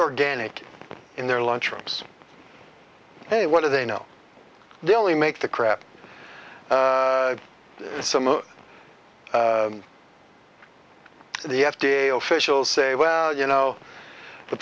organic in their lunch rooms they what do they know they only make the crap so the f d a officials say well you know the